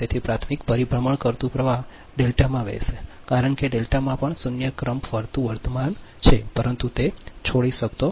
તેથી પ્રાથમિક પરિભ્રમણ કરતું પ્રવાહ ડેલ્ટામાં વહેશે કારણ કે ડેલ્ટામાં પણ શૂન્ય ક્રમ ફરતું વર્તમાન છે પરંતુ તે છોડી શકતો નથી